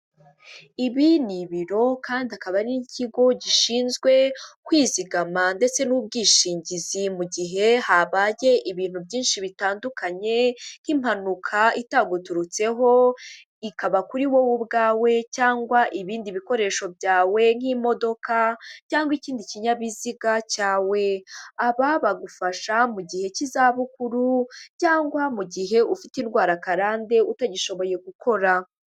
Ibi ni ibiro kandi akaba ari n'ikigo gishinzwe kwizigama ndetse n'ubwishingizi. Mu gihe habaye ibintu byinshi bitandukanye nk'impanuka itaguturutseho, ikaba kuri wowe ubwawe cyangwa ibindi bikoresho byawe nk'imodoka cyangwa ikindi kinyabiziga cyawe. Aba bagufasha mu gihe cy'izabukuru cyangwa mu gihe ufite indwara karande, utagishoboye gukora.